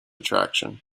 attraction